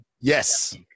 Yes